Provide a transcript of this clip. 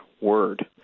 Word